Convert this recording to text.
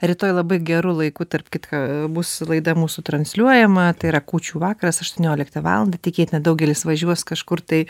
rytoj labai geru laiku tarp kitko bus laida mūsų transliuojama tai yra kūčių vakaras aštuonioliktą valandą tikėtina daugelis važiuos kažkur tai